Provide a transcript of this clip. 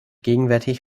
gegenwärtig